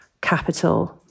capital